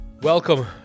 Welcome